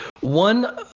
one